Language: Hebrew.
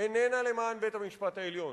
איננה למען בית-המשפט העליון.